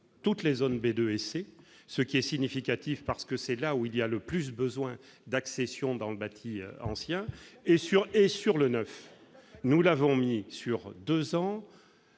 toutes les zones B2 et C, ce qui est significatif, car c'est là où il y a le plus besoin d'accession dans le bâti ancien. Sur le neuf, nous l'avons prévu sur 2 ans,